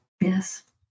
yes